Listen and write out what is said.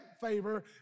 favor